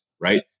Right